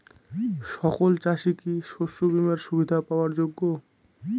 সকল চাষি কি শস্য বিমার সুবিধা পাওয়ার যোগ্য?